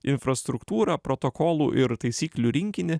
infrastruktūrą protokolų ir taisyklių rinkinį